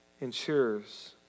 ensures